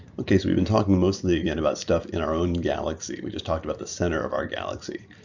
okay, so we've been talking mostly again about stuff in our own galaxy. we just talked about the center of our galaxy.